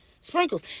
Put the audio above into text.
Sprinkles